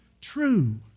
true